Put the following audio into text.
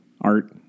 art